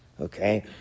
okay